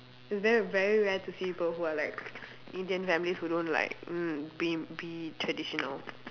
it's very very rare to see people who are like Indian families who don't like mm be be traditional